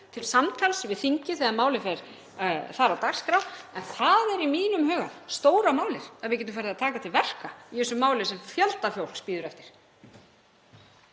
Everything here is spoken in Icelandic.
til samtals við þingið þegar málið fer þar á dagskrá. Það er í mínum huga stóra málið, að við getum farið að taka til verka í þessu máli sem fjöldi fólks bíður eftir.